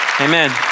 Amen